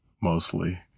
mostly